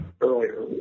earlier